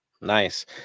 nice